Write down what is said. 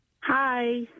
Hi